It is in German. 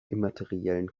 immateriellen